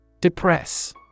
Depress